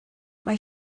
mae